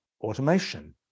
automation